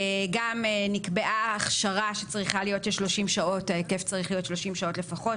גם נקבעה ההכשרה שצריכה להיות בהיקף של 30 שעות לפחות,